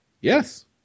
Yes